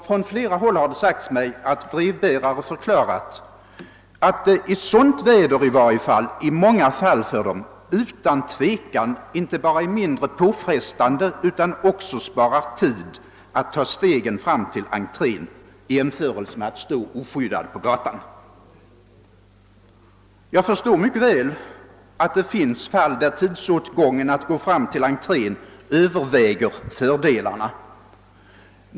Från flera håll har det sagts mig att brevbärare förklarat att det åtminstone i sådant väder i många fall för dem utan tvekan inte bara är mindre påfrestande utan också sparar tid att ta stegen fram till entrén i jämförelse med att stå oskyddade på gatan. Jag förstår mycket väl att det finns fall när tidsåtgången för att gå fram till entrén överväger fördelarna.